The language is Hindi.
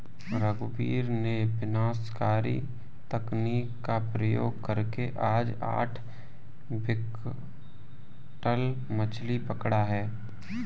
रघुवीर ने विनाशकारी तकनीक का प्रयोग करके आज आठ क्विंटल मछ्ली पकड़ा